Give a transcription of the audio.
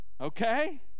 Okay